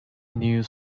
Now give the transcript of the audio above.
news